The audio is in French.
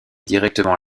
directement